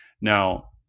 Now